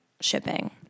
shipping